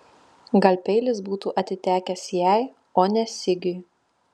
gal peilis būtų atitekęs jai o ne sigiui